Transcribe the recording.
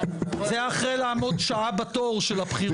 זה אחרי לעמוד שעה בתור של הבחירות ללשכה.